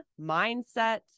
mindset